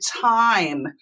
time